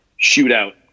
shootout